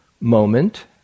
moment